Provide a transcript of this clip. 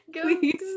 Please